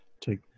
take